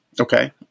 Okay